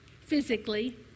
physically